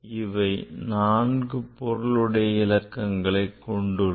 இவை நான்கு பொருளுடைய இலக்கங்களை கொண்டுள்ளன